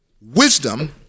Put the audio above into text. Wisdom